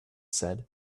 said